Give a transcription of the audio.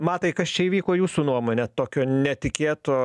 matai kas čia įvyko jūsų nuomone tokio netikėto